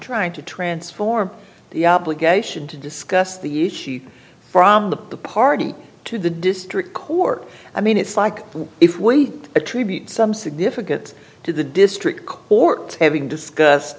trying to transform the obligation to discuss the issues from the party to the district court i mean it's like if we attribute some significance to the district court having discussed